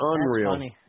Unreal